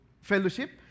fellowship